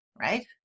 right